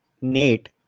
Nate